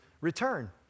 return